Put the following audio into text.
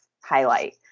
highlight